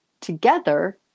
together